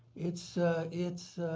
it's it's